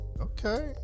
okay